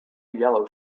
yellow